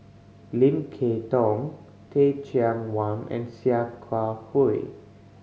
Lim Kay Tong Teh Cheang Wan and Sia Kah Hui